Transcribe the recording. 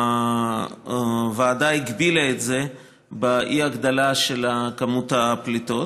הוועדה הגבילה את זה באי-הגדלה של כמות הפליטות.